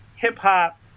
hip-hop